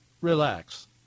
relax